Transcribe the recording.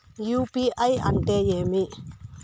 UPI అంటే ఏమి?